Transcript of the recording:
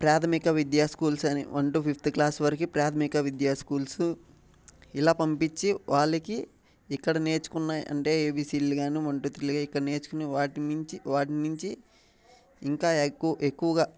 ప్రాధమిక విద్యా స్కూల్స్ అని వన్ టు ఫిఫ్త్ క్లాస్ వరకు ప్రాధమిక విద్యా స్కూల్స్ ఇలా పంపించి వాళ్ళకి ఇక్కడ నేర్చుకున్నవి అంటే ఏ బీ సి డీలు కానీ వన్ టూ త్రీలు ఇక్కడ నేర్చుకున్నవి వాటి నుంచి వాటి నుంచి ఇంకా ఎక్కువ ఎక్కువగా